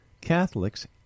Catholics